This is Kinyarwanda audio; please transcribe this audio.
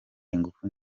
ingufu